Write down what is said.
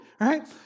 right